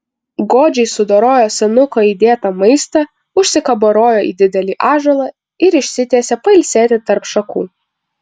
godžiai sudorojo senuko įdėtą maistą užsikabarojo į didelį ąžuolą ir išsitiesė pailsėti tarp šakų